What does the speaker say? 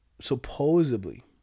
Supposedly